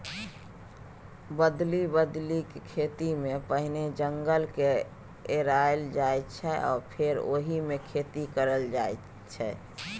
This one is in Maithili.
बदलि बदलि खेतीमे पहिने जंगलकेँ जराएल जाइ छै आ फेर ओहिमे खेती कएल जाइत छै